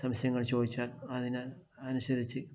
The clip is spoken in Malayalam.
ആവശ്യങ്ങൾ ചോദിച്ചാൽ അതിന് അനുസരിച്ച്